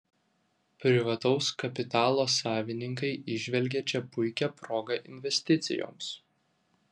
privataus kapitalo savininkai įžvelgia čia puikią progą investicijoms